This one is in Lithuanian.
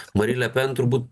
marile pen turbūt